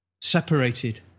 separated